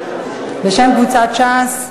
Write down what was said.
בשם קבוצת ש"ס.